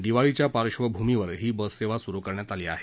दिवाळीच्या पार्श्वभूमीवर ही बससेवा सुरू करण्यात आली आहे